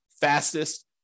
fastest